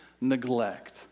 neglect